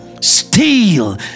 steal